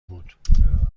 بود